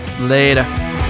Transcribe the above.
Later